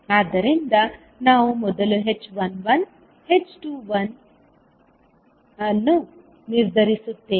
ಆದ್ದರಿಂದ ನಾವು ಮೊದಲು h11 h21 ಅನ್ನು ನಿರ್ಧರಿಸುತ್ತೇವೆ